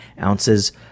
ounces